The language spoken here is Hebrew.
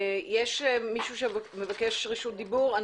יש מישהו שמבקש רשות דיבור?